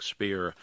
Spear